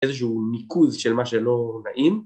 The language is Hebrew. ‫איזשהו ניקוז של מה שלא נעים.